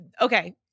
Okay